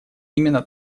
именно